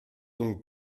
donc